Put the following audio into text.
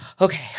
Okay